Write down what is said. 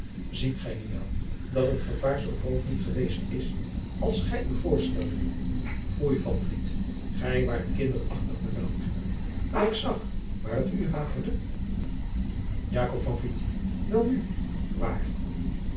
ziet gij nu wel dat het gevaar zoo groot niet geweest is als gij u voorstelde foei van vliet gij waart kinderachtig benaauwd maar ik zag waar het u haperde jakob van vliet wel nu waar